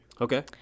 Okay